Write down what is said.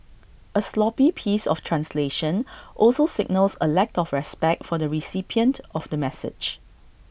A sloppy piece of translation also signals A lack of respect for the recipient of the message